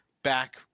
back